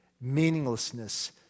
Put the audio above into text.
meaninglessness